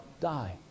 die